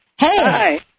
Hey